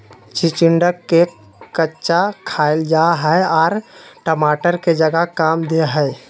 चिचिंडा के कच्चा खाईल जा हई आर टमाटर के जगह काम दे हइ